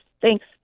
Thanks